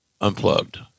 unplugged